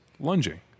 lunging